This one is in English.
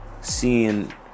seeing